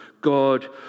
God